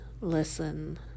listen